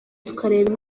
tukareba